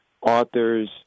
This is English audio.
authors